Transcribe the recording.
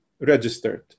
registered